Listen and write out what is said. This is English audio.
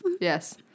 Yes